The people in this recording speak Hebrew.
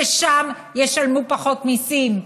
ששם ישלמו פחות מיסים,